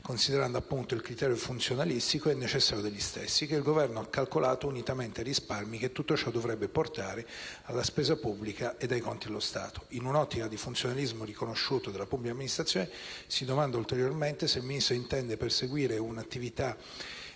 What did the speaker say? considerando il criterio funzionalistico e necessario degli stessi, che il Governo ha calcolato unitamente ai risparmi che tutto ciò dovrebbe portare alla spesa pubblica ed ai conti dello Stato. In un'ottica di funzionalismo riconosciuto della pubblica amministrazione, si domanda poi se il Ministro intenda perseguire un'attività